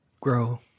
grow